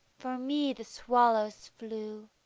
for me the swallows flew.